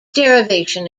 derivation